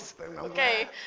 Okay